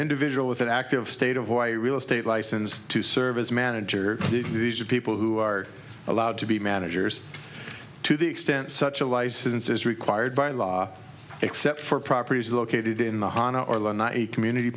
individual with an active state of y real estate license to serve as manager these are people who are allowed to be managers to the extent such a license is required by law except for properties located in the hahn or law not a community